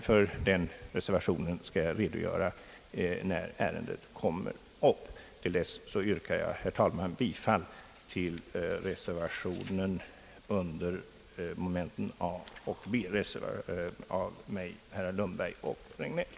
För den reservationen skall jag redogöra när ärendet kommer upp. Nu yrkar jag bifall till den vid bankoutskottets utlåtande nr 26 fogade reservationen nr 1 av mig jämte herrar Lundberg och Regnéll.